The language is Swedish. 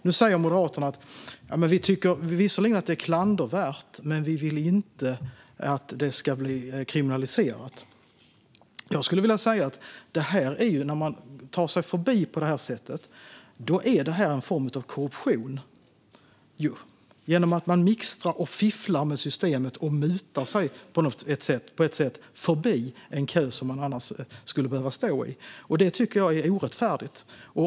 Nu säger Moderaterna: Vi tycker visserligen att det är klandervärt, men vi vill inte att det ska kriminaliseras. Jag skulle vilja säga att detta ju är en form av korruption. Man mixtrar och fifflar med systemet och mutar sig på sätt och vis förbi en kö som man annars skulle behöva stå i. Det tycker jag är orättfärdigt.